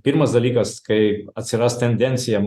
pirmas dalykas kai atsiras tendencija